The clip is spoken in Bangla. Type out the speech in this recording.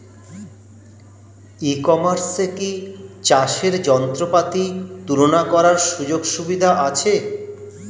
ই কমার্সে কি চাষের যন্ত্রপাতি তুলনা করার সুযোগ সুবিধা আছে?